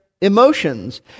emotions